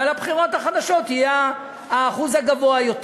ועל הבחירות החדשות יהיה האחוז הגבוה יותר.